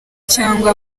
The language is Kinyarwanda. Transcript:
cyangwa